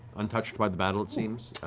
untouched by the battle, it seems,